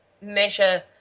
measure